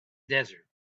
desert